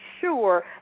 sure